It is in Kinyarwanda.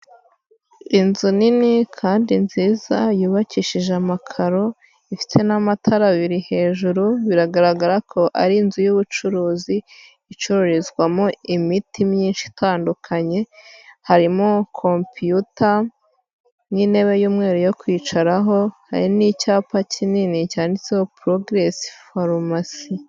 Inzu nini kandi nziza yubakishije amakaro ifite n'amatara abiri hejuru, biragaragara ko ari inzu y'ubucuruzi icururizwamo imiti myinshi itandukanye, harimo komputa n'intebe y'umweru yo kwicaraho, hari n'icyapa kinini cyanditseho porogeresi farumasi.